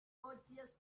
gorgeous